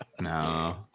No